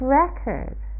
record